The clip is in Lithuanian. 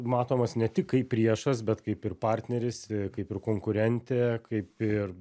matomas ne tik kaip priešas bet kaip ir partneris kaip ir konkurentė kaip ir